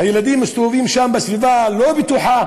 הילדים מסתובבים שם בסביבה לא בטוחה